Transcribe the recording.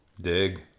Dig